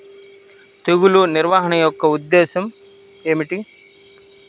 తెగులు నిర్వహణ యొక్క ఉద్దేశం ఏమిటి?